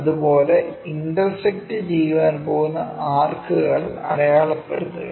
അതുപോലെ ഇന്റർസെക്ക്ട് ചെയ്യാൻ പോകുന്ന ആർക്കുകൾ അടയാളപ്പെടുത്തുക